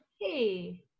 Hey